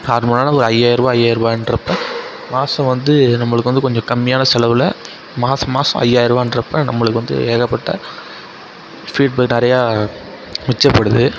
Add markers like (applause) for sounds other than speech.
நார்மலான ஒரு ஐயாயிரூபா ஐயாயிரூபான்றப்ப மாதம் வந்து நம்மளுக்கு வந்து கொஞ்சம் கம்மியான செலவில் மாதம் மாதம் ஐயாயிரூபான்றப்ப நம்மளுக்கு வந்து ஏகப்பட்ட (unintelligible) நிறையா மிச்சப்படுது